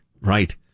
Right